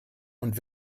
und